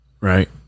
Right